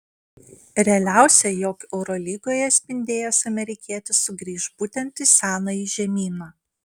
realiausia jog eurolygoje spindėjęs amerikietis sugrįš būtent į senąjį žemyną